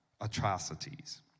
atrocities